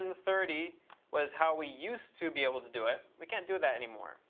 and thirty was how we used to be able to do it. we can't do that anymore.